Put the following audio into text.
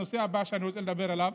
הנושא הבא שאני רוצה לדבר עליו